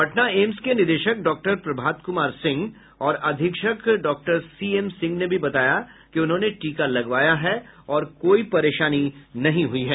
Patna AIIMS के निदेशक doctor Prabhat Kumar Singh और अधीक्षक डॉक्टर सी एम सिंह ने भी बताया कि उन्होंने टीका लगवाया है और कोई परेशानी नहीं हुई है